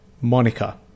monica